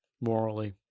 morally